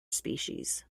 species